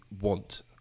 want